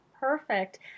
Perfect